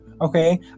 Okay